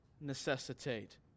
necessitate